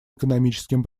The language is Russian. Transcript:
экономическим